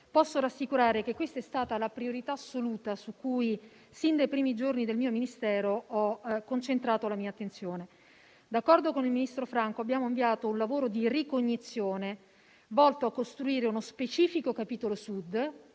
posso rassicurare che questa è stata la priorità assoluta su cui, sin dai primi giorni del mio Ministero, ho concentrato la mia attenzione. D'accordo con il ministro Franco, abbiamo avviato un lavoro di ricognizione volto a costruire uno specifico capitolo Sud